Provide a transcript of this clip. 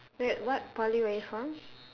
wait what poly were you from